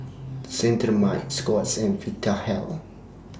Cetrimide Scott's and Vitahealth